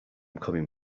coming